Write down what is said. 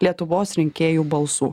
lietuvos rinkėjų balsų